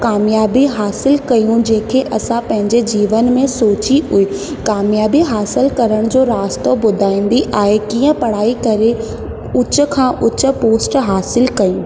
क़ामयाबी हासिल कयूं जेके असां पंहिंजे जीवन में सोची बि क़ामयाबी हासिल करण जो रास्तो ॿुधाईंदी आहे कीअं पढ़ाई करे ऊच खां ऊच पोस्ट हासिलु कयूं